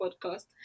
podcast